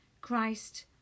Christ